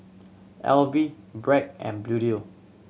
Alive Bragg and Bluedio